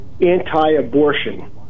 anti-abortion